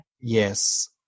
yes